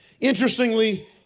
Interestingly